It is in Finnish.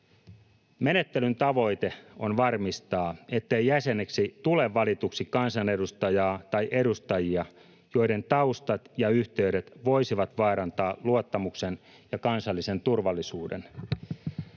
Menettelyn tavoite on varmistaa, ettei jäseneksi tule valituksi kansanedustajaa tai ‑edustajia, joiden taustat ja yhteydet voisivat vaarantaa luottamuksen ja kansallisen turvallisuuden.